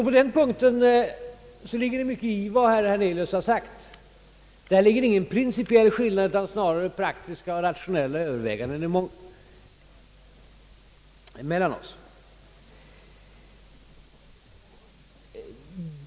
På den punkten ligger det mycket i vad herr Hernelius har sagt. Där finns det ingen principiell skillnad oss emellan, utan det är snarare en skillnad i praktiska och rationella överväganden mellan oss.